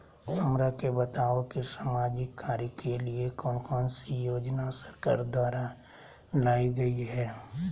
हमरा के बताओ कि सामाजिक कार्य के लिए कौन कौन सी योजना सरकार द्वारा लाई गई है?